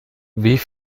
wie